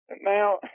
Now